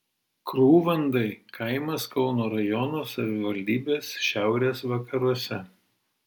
krūvandai kaimas kauno rajono savivaldybės šiaurės vakaruose